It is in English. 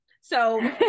So-